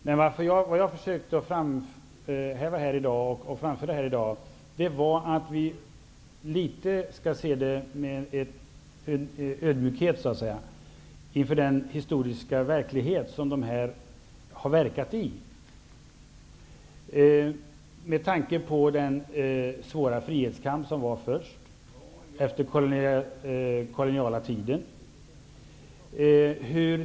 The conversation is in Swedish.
Men jag försökte i dag framföra att vi måste se med en viss ödmjukhet på den historiska verklighet som man har verkat i. Vi måste tänka på den svåra frihetskamp som kom först, efter den koloniala tiden.